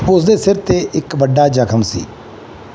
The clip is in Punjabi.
ਉਸ ਦੇ ਸਿਰ 'ਤੇ ਇੱਕ ਵੱਡਾ ਜ਼ਖਮ ਸੀ